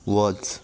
वच